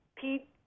Pete